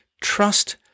Trust